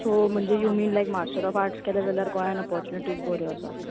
so म्हणजे you mean like master of arts केल्यार गोंयान ओपर्च्युनिटीज बऱ्यो आसात